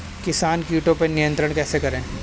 किसान कीटो पर नियंत्रण कैसे करें?